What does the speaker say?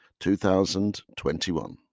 2021